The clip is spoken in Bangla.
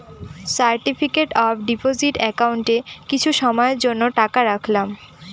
সার্টিফিকেট অফ ডিপোজিট একাউন্টে কিছু সময়ের জন্য টাকা রাখলাম